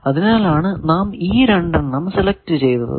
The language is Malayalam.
അതിനാലാണ് നാം ഈ രണ്ടെണ്ണം സെലക്ട് ചെയ്തത്